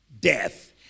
Death